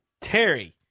Terry